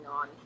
on